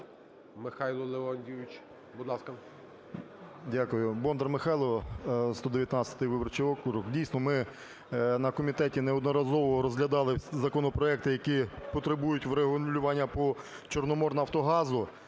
Дякую. Бондар Михайло, 119 виборчий округ. Дійсно, ми на комітеті неодноразово розглядали законопроекти, які потребують врегулювання по "Чорноморнафтогазу",